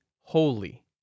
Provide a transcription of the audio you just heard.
holy